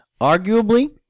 arguably